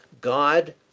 god